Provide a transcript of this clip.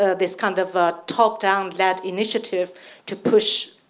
ah this kind of ah top down led initiative to push